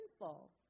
painful